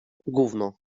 gówno